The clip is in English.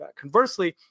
Conversely